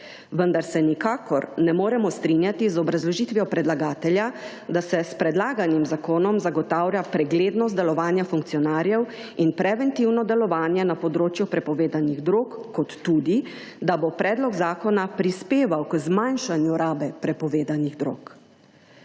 vendar se nikakor ne moremo strinjati z obrazložitvijo predlagatelja, da se s predlaganim zakonom zagotavlja preglednost delovanja funkcionarjev in preventivno delovanje na področju prepovedanih drog kot tudi, da bo predlog zakona prispeval k zmanjšanju rabe prepovedanih drog.